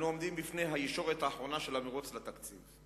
אנו עומדים בפני הישורת האחרונה של המירוץ לתקציב,